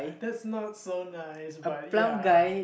that's not so nice but ya